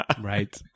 Right